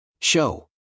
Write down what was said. Show